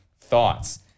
thoughts